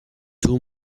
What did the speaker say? two